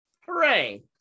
Hooray